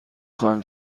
خواهیم